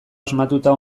asmatuta